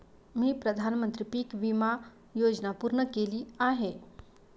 मी प्रधानमंत्री पीक विमा योजना पूर्ण केली आहे